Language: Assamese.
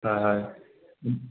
হয় হয়